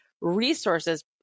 resources